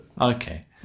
Okay